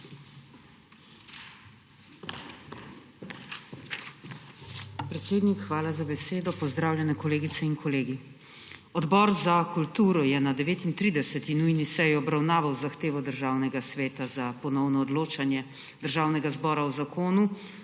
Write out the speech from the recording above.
hvala za besedo. Pozdravljene, kolegice in kolegi! Odbor za kulturo je na 39. nujni seji obravnaval zahtevo Državnega sveta za ponovno odločanje Državnega zbora o Zakonu